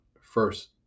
first